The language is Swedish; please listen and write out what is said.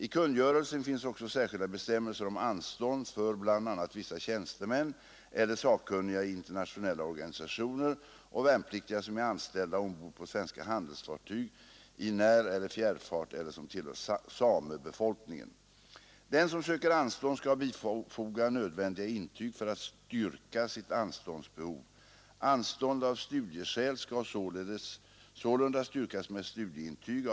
I kungörelsen finns också särskilda bestämmelser om anstånd för bl.a. vissa tjänstemän eller sakkunniga i internationella organisationer och värnpliktiga som är anställda ombord på svenskt handelsfartyg i näreller fjärrfart eller som tillhör samebefolkningen. Den som söker anstånd skall bifoga nödvändiga intyg för att styrka sitt anståndsbehov. Anstånd av studieskäl skall sålunda styrkas med studieintyg.